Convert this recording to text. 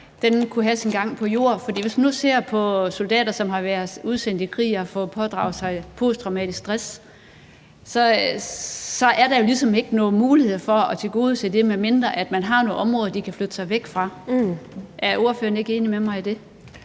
godt kunne have sin gang på jord. For hvis man nu ser på soldater, som har været udsendt i krig og har pådraget sig posttraumatisk stress, så er der ligesom ikke nogen muligheder for at tilgodese det, medmindre man har nogle områder, som de kan flytte sig væk fra. Er ordføreren ikke enig med mig i det?